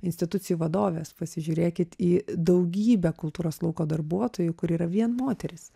institucijų vadoves pasižiūrėkit į daugybę kultūros lauko darbuotojų kur yra vien moterys